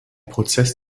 prozess